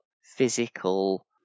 physical